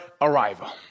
arrival